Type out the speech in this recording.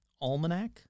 almanac